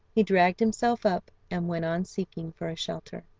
he dragged himself up, and went on seeking for a shelter.